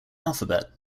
alphabet